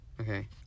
Okay